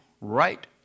right